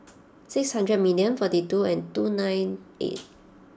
six hundred million forty two and two nine eight